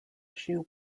issue